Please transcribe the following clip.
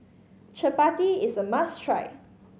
chappati is a must try